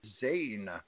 Zane